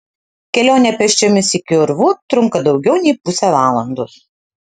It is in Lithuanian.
kelionė pėsčiomis iki urvų trunka daugiau nei pusę valandos